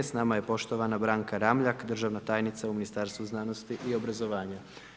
S nama je poštovana Branka Ramljak državna tajnica u Ministarstvu znanosti i obrazovanja.